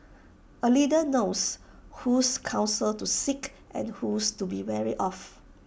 A leader knows whose counsel to seek and whose to be wary of